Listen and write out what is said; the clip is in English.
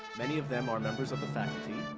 many of them are members of the faculty